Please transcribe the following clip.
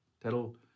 that'll